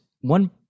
one